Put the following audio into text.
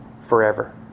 forever